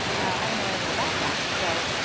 i don't know anything about that so